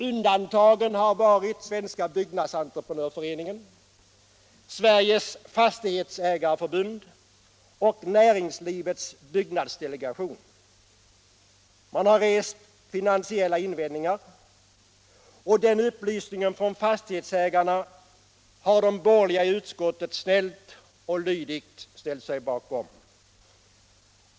Undantagen har varit Svenska byggnadsentreprenörföreningen, Sveriges fastighetsägareförbund och Näringslivets byggnadsdelegation. Man har rest finansiella invändningar — och den upplysningen från fastighetsägarna har de borgerliga i utskottet snällt och lydigt ställt sig bakom.